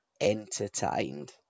entertained